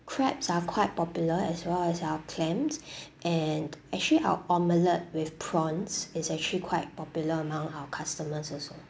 crabs are quite popular as well as our clams and actually our omelette with prawns is actually quite popular among our customers also